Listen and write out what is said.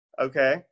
okay